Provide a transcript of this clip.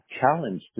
challenge